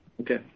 Okay